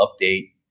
update